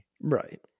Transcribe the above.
Right